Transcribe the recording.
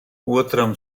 otram